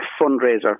fundraiser